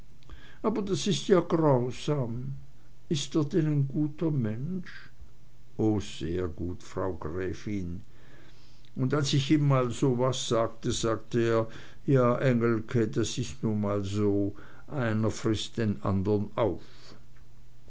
aber das ist ja grausam ist es denn ein guter mensch oh sehr gut frau gräfin und als ich ihm mal so was sagte sagte er ja engelke das is nu mal so einer frißt den andern auf